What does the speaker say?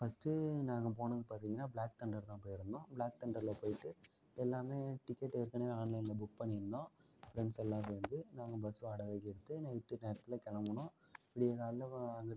first நாங்கள் போனது பார்த்திங்கன்னா பிளாக் தண்டர்தான் போயிருந்தோம் பிளாக் தண்டர்ல போய்ட்டு எல்லாமே டிக்கெட்டு ஏற்கனவே ஆன்லைன்ல புக் பண்ணிருந்தோம் ஃபிரண்ட்ஸ் எல்லாம் சேர்ந்து நாங்கள் பஸ் வாடகைக்கு எடுத்து நைட்டு நேரத்தில் கிளம்புனோம் விடிய காலைல அங்கிட்டும் இங்கிட்டும்